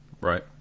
Right